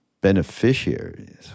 beneficiaries